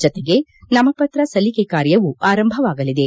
ಜತೆಗೆ ನಾಮಪತ್ರ ಸಲ್ಲಿಕೆ ಕಾರ್ಯವೂ ಆರಂಭವಾಗಲಿದೆ